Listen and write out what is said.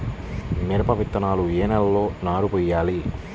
మిరప విత్తనాలు ఏ నెలలో నారు పోయాలి?